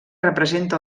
representa